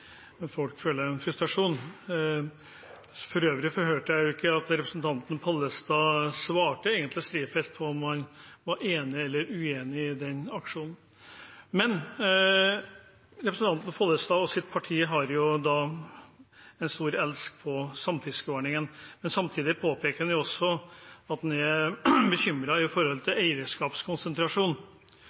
folk føler frustrasjon. For øvrig hørte jeg ikke at representanten Pollestad egentlig svarte representanten Strifeldt på om han var enig eller uenig i den aksjonen. Representanten Pollestad og hans parti har lagt en stor elsk på samfiskeordningen. Samtidig påpeker han at han er bekymret for eierskapskonsentrasjon. Da er det litt forunderlig at han er så glad i